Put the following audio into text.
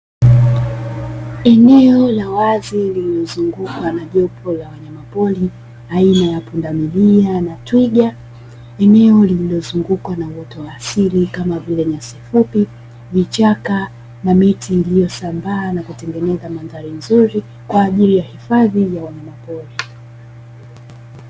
Eneo la wazi lililozungukwa na jopo la wanyamapori; aina ya pundamilia na twiga. Eneo lililozungukwa na uoto wa asili kama vile; nyasi fupi, vichaka na miti iliyosambaa na kutengeneza mandhari nzuri kwa ajili ya hifadhi ya wanyamapori.